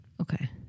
Okay